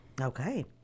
Okay